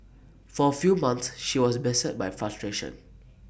for A few months she was beset by frustration